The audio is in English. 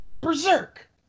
Berserk